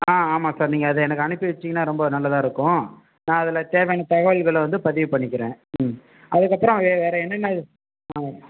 ஆ ஆமாம் சார் நீங்கள் அதை எனக்கு அனுப்பி வெச்சிங்கனா ரொம்ப நல்லதாக இருக்கும் நான் அதில் தேவையான தகவல்களை வந்து பதிவு பண்ணிக்கிறேன் ம் அதுக்கு அப்புறம் வேறு என்னென்ன அது ஆ